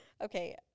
okay